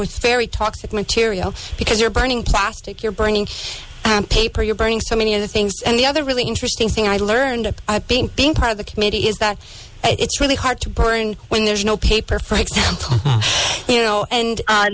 with very toxic material because you're burning plastic you're burning paper you're burning so many other things and the other really interesting thing i learned being part of the committee is that it's really hard to burn when there's no paper for example you know and